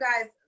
guys